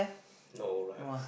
no lah